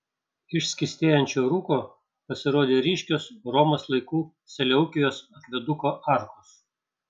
iš skystėjančio rūko pasirodė ryškios romos laikų seleukijos akveduko arkos